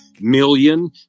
million